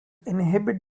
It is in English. inhibit